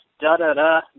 da-da-da